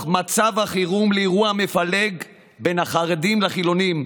מצב החירום לאירוע מפלג בין החרדים לחילונים,